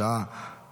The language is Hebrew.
בשעה